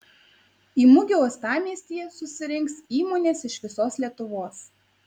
į mugę uostamiestyje susirinks įmonės iš visos lietuvos